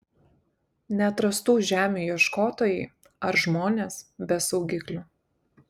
neatrastų žemių ieškotojai ar žmonės be saugiklių